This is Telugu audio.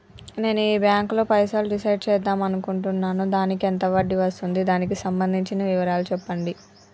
నేను ఈ బ్యాంకులో పైసలు డిసైడ్ చేద్దాం అనుకుంటున్నాను దానికి ఎంత వడ్డీ వస్తుంది దానికి సంబంధించిన వివరాలు చెప్పండి?